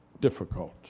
difficult